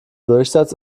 durchsatz